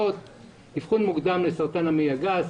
אבחון מוקדם לסרטן המעי הגס,